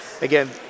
again